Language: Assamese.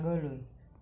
আগলৈ